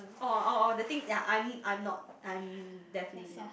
oh oh oh the things their I'm I'm not I am definitely not